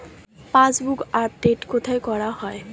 Passbook update কোথায় করা হয়?